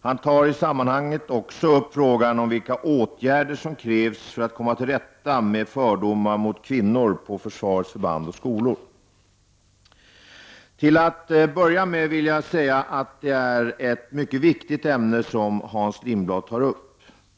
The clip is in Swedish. Han tar i sammanhanget också upp frågan om vilka åtgärder som krävs för att komma till rätta med fördomar mot kvinnor på försvarets förband och skolor. Till att börja med vill jag säga att det är ett mycket viktigt ämne som Hans Lindblad tar upp.